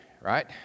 right